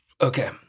Okay